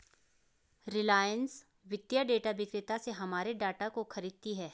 रिलायंस वित्तीय डेटा विक्रेता से हमारे डाटा को खरीदती है